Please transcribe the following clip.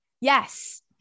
Yes